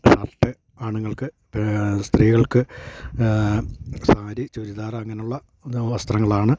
shirt ആണുങ്ങൾക്ക് സ്ത്രീകൾക്ക് സാരി ചുരിദാർ അങ്ങനെയുള്ള വസ്ത്രങ്ങളാണ്